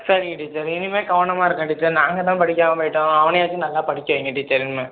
சரிங்க டீச்சர் இனிமே கவனமாக இருக்கேன் டீச்சர் நாங்கள் தான் படிக்காமல் போயிட்டோம் அவனையாச்சும் நல்லா படிக்க வைங்க டீச்சர் இனிமே